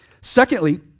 Secondly